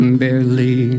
barely